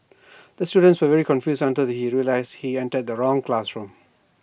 the student was very confused until he realised he entered the wrong classroom